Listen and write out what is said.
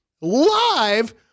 live